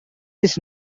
his